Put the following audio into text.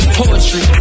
poetry